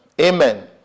Amen